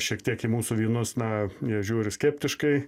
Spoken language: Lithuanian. šiek tiek į mūsų vynus na jie žiūri skeptiškai